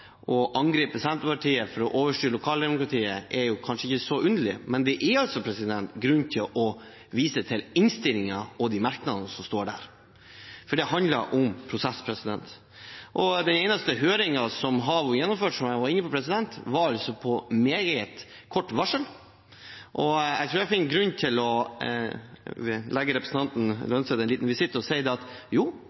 å angripe Senterpartiet for å overstyre lokaldemokratiet, er kanskje ikke så underlig, men det er grunn til å vise til innstillingen og de merknadene som står der, for det handler om prosess. Den eneste høringen som har vært gjennomført, som jeg var inne på, var altså på meget kort varsel, og jeg tror jeg finner grunn til å avlegge representanten Holm Lønseth en liten visitt og si at jo,